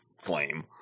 flame